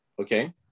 okay